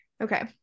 Okay